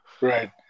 right